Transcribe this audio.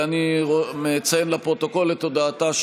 אני מברך אותו, תודה.